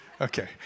Okay